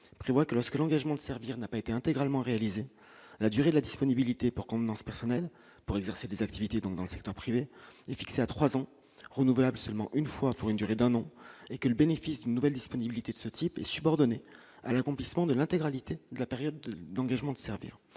vrai que lorsque l'engagement de servir n'a pas été intégralement réalisé la durée de la disponibilité pour convenance personnelle pour exercer des activités, donc dans le secteur privé est fixée à 3 ans renouvelable seulement une fois pour une durée d'un nom et le bénéfice d'nouvelle disponibilité de ce type est subordonnée à l'accomplissement de l'intégralité de la période, donc je m'en servir